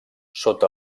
sota